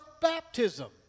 baptism